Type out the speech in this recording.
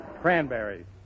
Cranberries